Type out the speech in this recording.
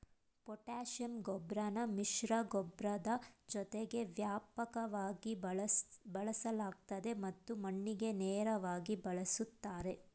potassium ಗೊಬ್ರನ ಮಿಶ್ರಗೊಬ್ಬರದ್ ಜೊತೆ ವ್ಯಾಪಕವಾಗಿ ಬಳಸಲಾಗ್ತದೆ ಮತ್ತು ಮಣ್ಣಿಗೆ ನೇರ್ವಾಗಿ ಬಳುಸ್ತಾರೆ